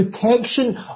protection